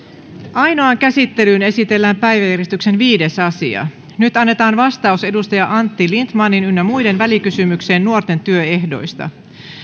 ainoaan käsittelyyn esitellään päiväjärjestyksen viides asia nyt annetaan vastaus edustaja antti lindtmanin ynnä muiden välikysymykseen nuorten työehdoista